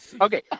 Okay